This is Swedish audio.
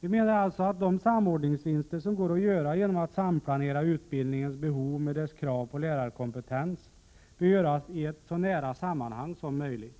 Vi menar alltså att de samordningsvinster som går att göra genom att samplanera utbildningens behov med dess krav på lärarkompetens bör göras i ett så nära sammanhang som möjligt.